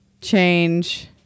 change